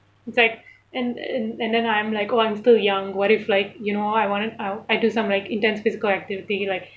it's like and and and then I'm like oh I'm still young what if like you know I wanna I do some like intense physical activity like